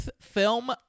film